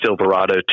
Silverado